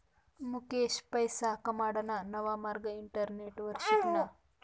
मुकेश पैसा कमाडाना नवा मार्ग इंटरनेटवर शिकना